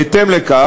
בהתאם לכך,